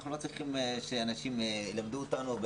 אנחנו לא צריכים שאנשים ילמדו אותנו.